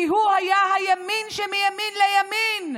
כי הוא היה הימין שמימין לימין,